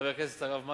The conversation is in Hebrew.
חבר הכנסת הרב מקלב,